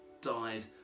died